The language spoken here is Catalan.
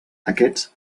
aquests